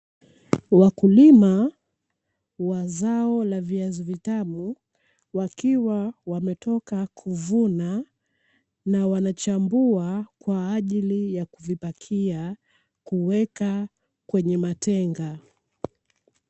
Wakulima wa zao la viazi vitamu wakiwa wametoka kuvuna na wanachambua kwa ajili ya kuvipakia kuweka kwenye matenga.